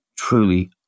Truly